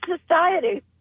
society